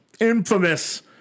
Infamous